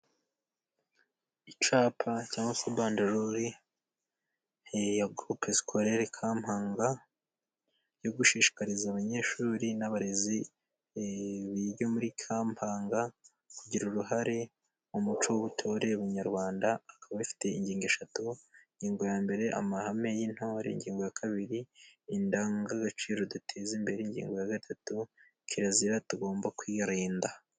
icyapa cyangwa se banderore ya gurupe sikolere Kampanga, yo gushishikariza abanyeshuri n'abarezi muri Kampanga kugira uruhare mu muco w'ubutore nyayarwanda, akaba afite ingingo eshatu, ingingo ya mbere amahame y'intore, ingingo ya kabiri indangagaciro duteza imbere, ingingo ya gatatu kirazira tugomba kwirinda.